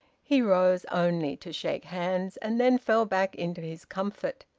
he rose only to shake hands, and then fell back into his comfort.